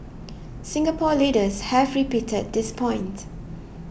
Singapore leaders have repeated this point